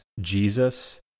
Jesus